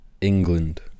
England